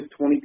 2020